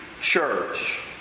church